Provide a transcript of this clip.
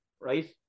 right